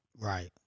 Right